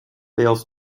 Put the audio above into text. fails